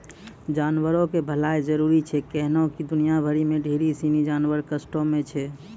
जानवरो के भलाइ जरुरी छै कैहने कि दुनिया भरि मे ढेरी सिनी जानवर कष्टो मे छै